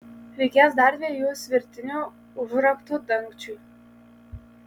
reikės dar dviejų svirtinių užraktų dangčiui